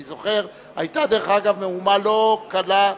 אני זוכר שהיתה מהומה לא קלה בכנסת.